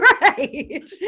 Right